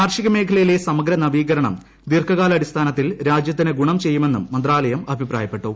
കാർഷികമേഖലയിലെ സമഗ്ര നവീകരണം ദീർഘകാലാടിസ്ഥാനത്തിൽ രാജ്യത്തിന് ഗുണം ചെയ്യുമെന്നും മന്ത്രാലയം അഭിപ്രായപ്പെട്ടു